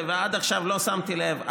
ועד עכשיו לא שמתי לב.